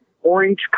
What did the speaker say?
Orange